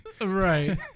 Right